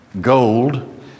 gold